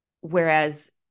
whereas